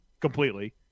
completely